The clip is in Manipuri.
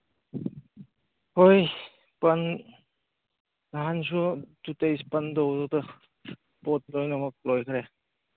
ꯍꯣꯏ ꯕꯟ ꯅꯍꯥꯟꯁꯨ ꯇꯨ ꯗꯦꯖ ꯕꯟ ꯇꯧꯕꯗꯨꯗ ꯄꯣꯠ ꯂꯣꯏꯅꯃꯛ ꯂꯣꯏꯒ꯭ꯔꯦ